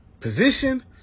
position